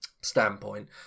standpoint